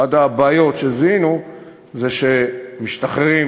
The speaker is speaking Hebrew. אחת הבעיות שזיהינו היא של משתחררים